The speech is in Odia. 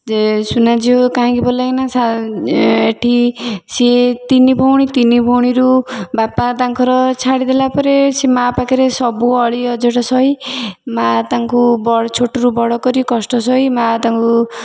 ଯେ ସୁନା ଝିଅ କାହିଁକି ଭଲ ଲାଗେ ନା ଏଠି ସିଏ ତିନି ଭଉଣୀ ତିନି ଭଉଣୀରୁ ବାପା ତାଙ୍କର ଛାଡ଼ି ଦେଲାପରେ ସିଏ ମା' ପାଖରେ ସବୁ ଅଳି ଅଝଟ ସହି ମାଆ ତାଙ୍କୁ ଛୋଟରୁ ବଡ଼ କରି କଷ୍ଟ ସହି ମାଆ ତାଙ୍କୁ